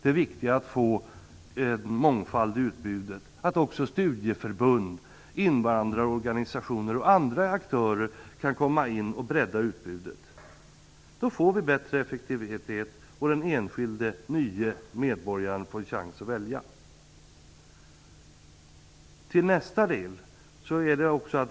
Det är viktigare att få en mångfald i utbudet, att studieförbund, invandrarorganisationer och andra aktörer kan komma in och bredda utbudet. Då får vi bättre effektivitet, och den enskilde nye medborgaren får en chans att välja.